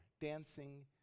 dancing